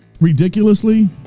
ridiculously